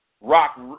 Rock